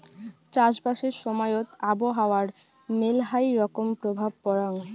চাষবাসের সময়ত আবহাওয়ার মেলহাই রকম প্রভাব পরাং